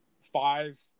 five